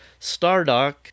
Stardock